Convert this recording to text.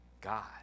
God